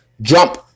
jump